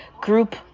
group